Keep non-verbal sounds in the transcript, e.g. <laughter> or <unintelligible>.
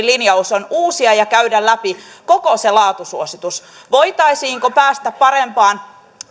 <unintelligible> linjaus on uusia ja käydä läpi koko se laatusuositus voitaisiinko päästä parempaan